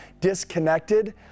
disconnected